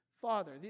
Father